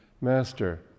Master